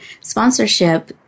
sponsorship